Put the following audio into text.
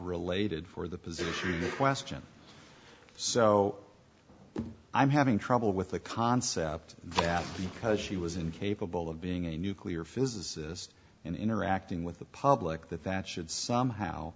related for the position in question so i'm having trouble with the concept that because she was incapable of being a nuclear physicist and interacting with the public that that should somehow